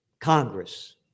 Congress